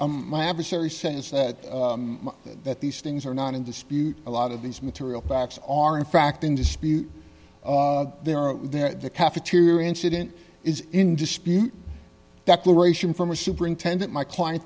my adversary sense said that these things are not in dispute a lot of these material facts are in fact in dispute there are there the cafeteria incident is in dispute declaration from a superintendent my client